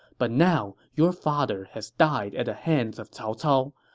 but now your father has died at the hands of cao cao.